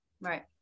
Right